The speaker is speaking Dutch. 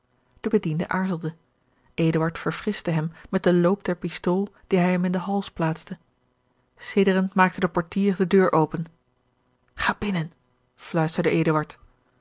de bediende aarzelde eduard verfrischte hem met den loop der pistool dien hij hem in den hals plaatste sidderend maakte de portier de deur open ga binnen fluisterde